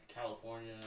California